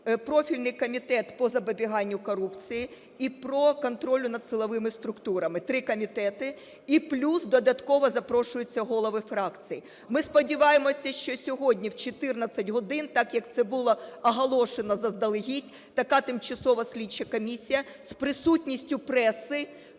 профільний Комітет по запобіганню корупції і по контролю над силовими структурами – три комітети. І плюс додатково запрошуються голови фракцій. Ми сподіваємося, що сьогодні о 14 годині - так, як це було оголошено заздалегідь, - така тимчасова слідча комісія з присутністю преси